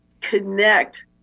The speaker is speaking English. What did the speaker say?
connect